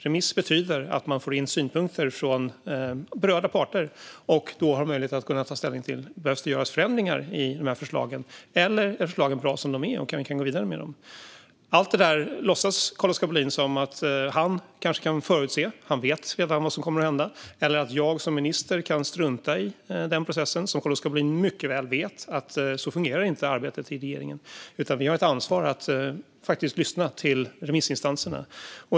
Remiss betyder att man får in synpunkter från berörda parter och sedan kan ta ställning till om det behöver göras förändringar i förslagen eller om förslagen är bra som de är och man kan gå vidare med dem. Allt detta låtsas Carl-Oskar Bohlin som om han kan förutse - han vet redan vad som kommer att hända - eller att jag som minister kan strunta i processen. Carl-Oskar Bohlin vet mycket väl att arbetet i regeringen inte fungerar så. Vi har faktiskt ett ansvar att lyssna på remissinstanserna.